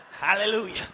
Hallelujah